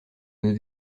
nos